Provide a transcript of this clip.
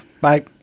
Bye